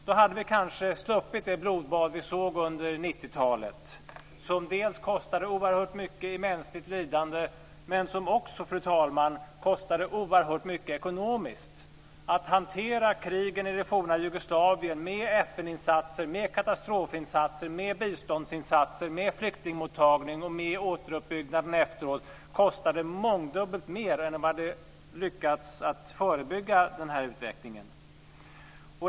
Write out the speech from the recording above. Då hade vi kanske sluppit det blodbad som vi såg under 90-talet som kostade oerhört mycket i mänskligt lidande men som också, fru talman, kostade oerhört mycket ekonomiskt. Att hantera krigen i det forna Jugoslavien med FN-insatser, med katastrofinsatser, med biståndsinsatser, med flyktingmottagning och med återuppbyggnaden efteråt kostade mångdubbelt mer än om vi hade lyckats förebygga den här utvecklingen.